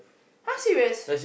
!huh! serious